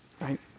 right